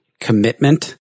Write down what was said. commitment